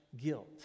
guilt